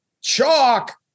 chalk